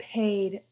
paid